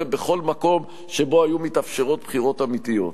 בכל מקום שבו היו מתאפשרות בחירות אמיתיות.